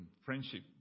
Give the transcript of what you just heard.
friendship